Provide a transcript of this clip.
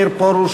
מאיר פרוש,